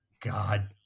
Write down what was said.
God